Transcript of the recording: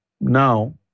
Now